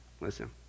Listen